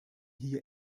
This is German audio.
hier